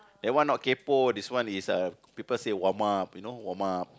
that one not kaypoh this one is uh people say warm-up you know warm-up